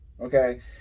Okay